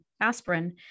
aspirin